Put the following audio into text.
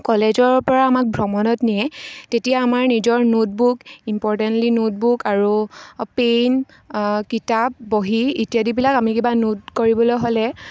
কলেজৰ পৰা আমাক ভ্ৰমণত নিয়ে তেতিয়া আমাৰ নিজৰ ন'টবুক ইম্পৰ্টেণ্টলি ন'টবুক আৰু পেন কিতাপ বহি ইত্যাদিবিলাক আমি কিবা নোট কৰিবলৈ হ'লে